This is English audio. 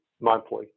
monthly